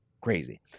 Crazy